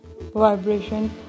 vibration